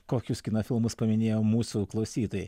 kokius kino filmus paminėjo mūsų klausytojai